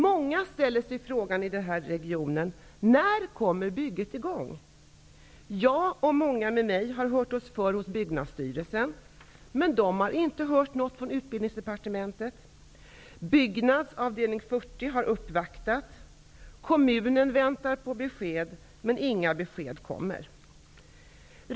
Många i den här regionen ställer sig frågan: När kommer bygget i gång? Jag och många med mig har frågat hos Byggnadsstyrelsen, men där har man inte hört något från utbildningsdepartementet. Byggnads avdelning 40 har uppvaktat, och kommunen väntar på besked, men inga besked kommer.